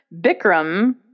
Bikram